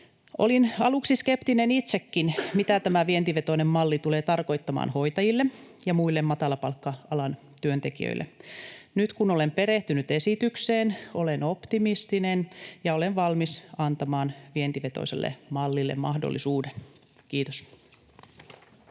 Olin aluksi skeptinen itsekin, mitä tämä vientivetoinen malli tulee tarkoittamaan hoitajille ja muille matalapalkka-alojen työntekijöille. Nyt kun olen perehtynyt esitykseen, olen optimistinen ja olen valmis antamaan vientivetoiselle mallille mahdollisuuden. — Kiitos.